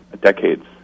decades